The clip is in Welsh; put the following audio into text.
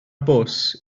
bws